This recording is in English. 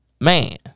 man